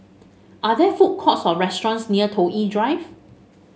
are there food courts or restaurants near Toh Yi Drive